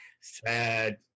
sad